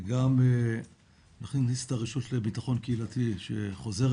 וגם נכניס את הרשות לביטחון קהילתי שחוזרת